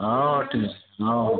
ହଁ ଠିକ୍ ଅଛି ହଁ ହଁ